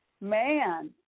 man